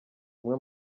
umwe